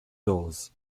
doors